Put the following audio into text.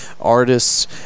artists